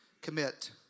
Commit